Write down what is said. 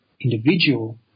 individual